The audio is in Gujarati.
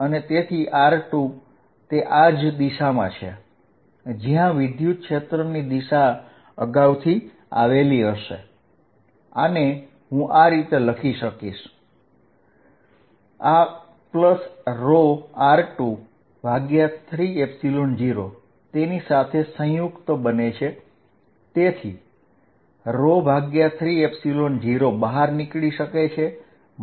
અને કારણકે r2 આ જ દિશામાં છે જ્યાં વિદ્યુતક્ષેત્રની દિશા અગાઉથી આવેલી હશે આને હું આ રીતે લખી શકુ r13 0 r23 0 તેની સાથે સંયુક્ત બને છે તેથી 30 ને બહાર નીકાળી શકાય છે